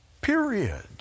Period